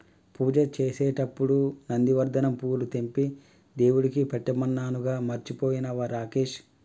పూజ చేసేటప్పుడు నందివర్ధనం పూలు తెంపి దేవుడికి పెట్టమన్నానుగా మర్చిపోయినవా రాకేష్